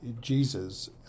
Jesus